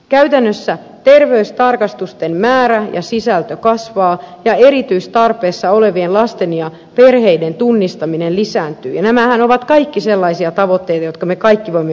käytännössä terveystarkastusten määrä ja sisältö kasvaa ja erityistarpeissa olevien lasten ja perheiden tunnistaminen lisääntyy ja nämähän ovat kaikki sellaisia tavoitteita jotka me kaikki voimme yhdessä allekirjoittaa